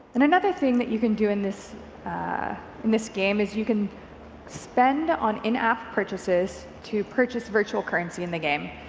and another thing that you can do in this ah this game is you can spend on in-app purchases to purchase virtual currency in the game,